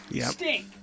Stink